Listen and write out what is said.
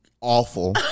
awful